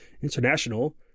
International